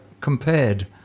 compared